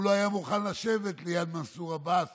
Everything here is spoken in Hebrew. הוא לא היה מוכן לשבת ליד מנסור עבאס